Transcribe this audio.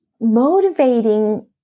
motivating